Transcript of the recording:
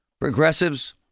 progressives